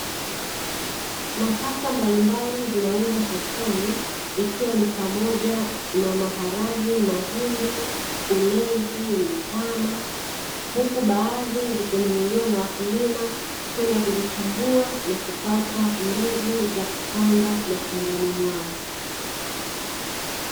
Nafaka mbalimbali zinauzwa sokoni ikiwa ni pamoja na maharage, mahindi, ulezi, mtama, huku baadhi zikinunuliwa na wakulima kwenda kuzichambua na kupata mbegu za kupanda mashambani mwao.